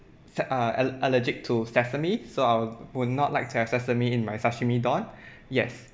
se~ uh al~ allergic to sesame so I'll would not like to have sesame in my sashimi don yes